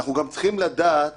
אנחנו גם צריכים לדעת